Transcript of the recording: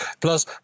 Plus